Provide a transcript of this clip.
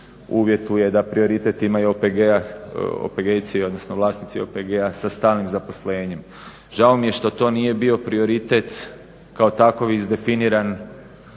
uvjetuje da prioritet imaju OPG-i odnosno vlasnici OPG-a sa stalnim zaposlenjem. Žao mi je što to nije bio prioritet kao takov izdefiniran